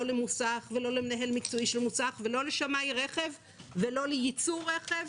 לא למוסך ולא למנהל מקצועי של מוסך ולא לשמאי רכב ולא לייצוא רכב,